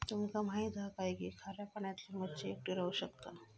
तुमका माहित हा काय की खाऱ्या पाण्यातली मच्छी एकटी राहू शकता